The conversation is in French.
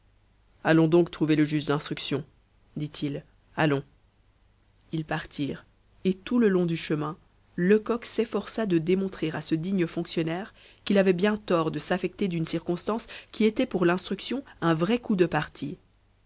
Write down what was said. allons donc trouver le juge d'instruction dit-il allons ils partirent et tout le long du chemin lecoq s'efforça de démontrer à ce digne fonctionnaire qu'il avait bien tort de s'affecter d'une circonstance qui était pour l'instruction un vrai coup de partie